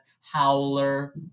Howler